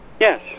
Yes